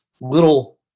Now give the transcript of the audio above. little